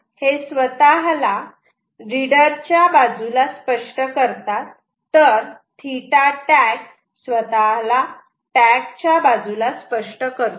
हे स्वतःला रीडर च्या बाजूला स्पष्ट करतात तर θtag स्वतःला टॅग च्या बाजूला स्पष्ट करतो